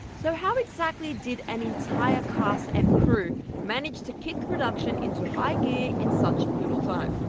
so how exactly did an entire cast and crew manage to kick production into high gear in such little time?